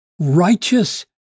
righteous